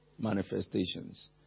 manifestations